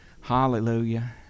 hallelujah